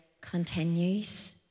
continues